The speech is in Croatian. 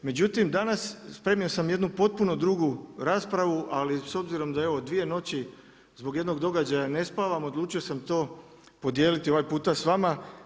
Međutim danas spremio sam jednu potpunu drugu raspravu, ali s obzirom da evo, dvije noći zbog jednog događaja ne spavam, odlučio sam to podijeliti ovaj puta s vama.